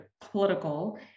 political